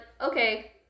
okay